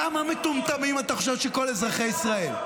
--- כמה מטומטמים אתה חושב שכל אזרחי ישראל?